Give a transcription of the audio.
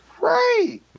Right